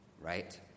right